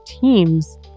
teams